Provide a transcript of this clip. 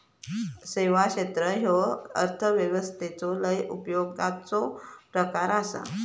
सेवा क्षेत्र ह्यो अर्थव्यवस्थेचो लय उपयोगाचो प्रकार आसा